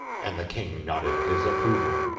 and the king nodded his approval.